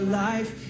life